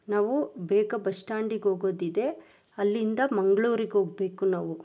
ನಾವು ಬೇಗ ಬಸ್ ಸ್ಟ್ಯಾಂಡಿಗೆ ಹೋಗೋದಿದೆ ಅಲ್ಲಿಂದ ಮಂಗಳೂರಿಗೆ ಹೋಗ್ಬೇಕು ನಾವು